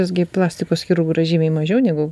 visgi plastikos chirurgų yra žymiai mažiau negu